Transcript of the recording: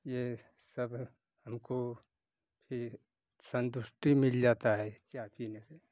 यह सब हमको कि संतुष्टि मिल जाता है चाय पीने से